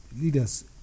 leaders